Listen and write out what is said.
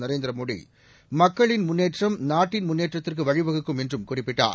நரேந்திர மோடி மக்களின் முன்னேற்றம் நாட்டின் முன்னேற்றத்திற்கு வழிவகுக்கும் என்றும் குறிப்பிட்டார்